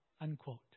Unquote